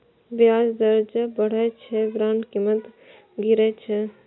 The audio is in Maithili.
ब्याज दर जब बढ़ै छै, बांडक कीमत गिरै छै